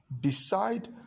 decide